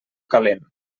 calent